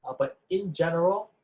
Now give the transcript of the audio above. but in general